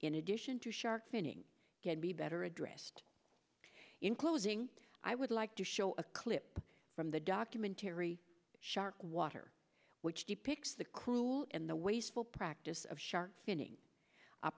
in addition to shark finning good be better addressed in closing i would like to show a clip from the documentary shark water which depicts the cruel and the wasteful practice of shark finning